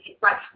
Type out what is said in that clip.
right